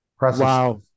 Wow